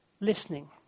listening